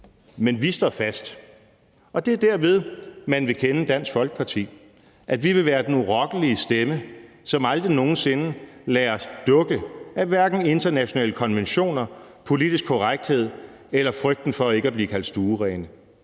men vi står fast. Og det er derved, man vil kende Dansk Folkeparti. Vi vil være den urokkelige stemme, som aldrig nogen sinde lader sig dukke af hverken internationale konventioner, politisk korrekthed eller frygten for ikke at blive kaldt stuerene.